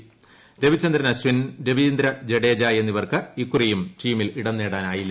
അ് രവിചന്ദ്രൻ അശ്വിൻ രവീന്ദ്ര ജഡേജ എന്നിവർക്ക് ഇക്കുറിയും ടീമിൽ ഇടംനേടാനായില്ല